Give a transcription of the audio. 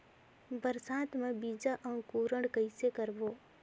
बरसात मे बीजा अंकुरण कइसे करबो?